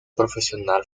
profesional